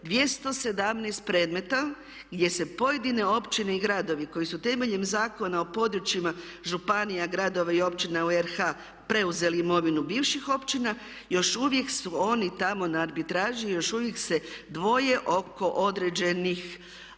217 predmeta gdje se pojedine općine i gradovi koji su temeljem Zakona o područjima županija gradova i općina u RH preuzeli imovinu bivših općina još uvijek su oni tamo na arbitraži, još uvijek se dvoje oko određenih situacija